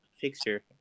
fixture